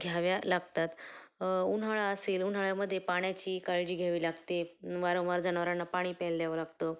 घ्याव्या लागतात उन्हाळा असेल उन्हाळ्यामध्ये पाण्याची काळजी घ्यावी लागते वारंवार जनावरांना पाणी प्यायला द्यावं लागतं